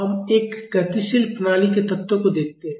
d2ydx2 MEI तो अब हम एक गतिशील प्रणाली के तत्वों को देखते हैं